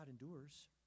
endures